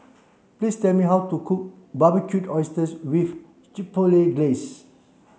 please tell me how to cook Barbecued Oysters with Chipotle Glaze